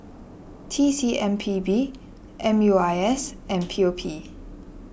T C M P B M U I S and P O P